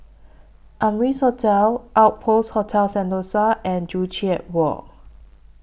Amrise Hotel Outpost Hotel Sentosa and Joo Chiat Walk